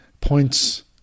points